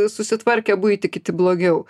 susitvarkę buitį kiti blogiau